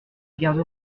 garde